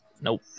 Nope